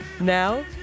Now